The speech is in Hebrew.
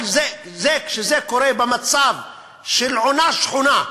אבל כשזה קורה במצב של עונה שחונה,